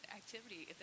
activity